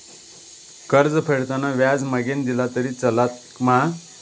कर्ज फेडताना व्याज मगेन दिला तरी चलात मा?